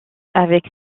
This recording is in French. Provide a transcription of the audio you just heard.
avec